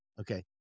Okay